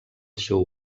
seu